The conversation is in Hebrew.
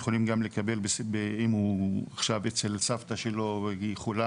יכולים גם לקבל אם הוא עכשיו אצל סבתא שלו והיא חולה